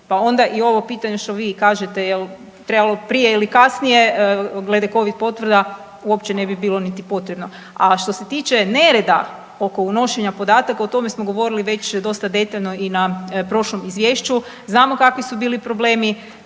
pa onda i ovo pitanje što vi kažete je li trebalo prije ili kasnije, glede Covid potvrda uopće ne bi bilo niti potrebno. A što se tiče nereda oko unošenja podataka, o tome smo govorili dosta detaljno i na prošlom Izvješću. Znamo kakvi su bili problemi.